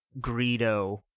Greedo